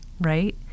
right